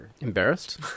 Embarrassed